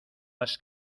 has